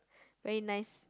very nice